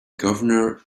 governor